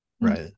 right